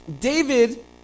David